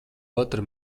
otra